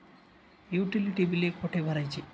Utility बिले कुठे भरायची?